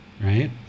right